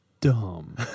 dumb